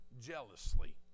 jealously